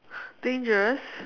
dangerous